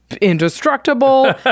indestructible